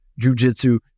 jujitsu